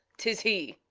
tis he.